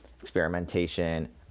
experimentation